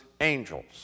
angels